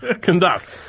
Conduct